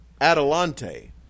Adelante